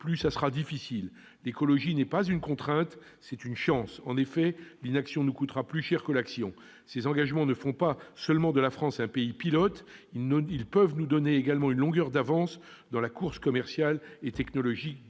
choses seront difficiles. L'écologie n'est pas une contrainte, c'est une chance : l'inaction nous coûtera plus cher que l'action. Ces engagements ne font pas seulement de la France un pays pilote. Ils peuvent nous donner également une longueur d'avance dans la course commerciale et technologique